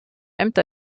ämter